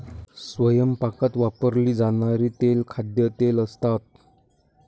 स्वयंपाकात वापरली जाणारी तेले खाद्यतेल असतात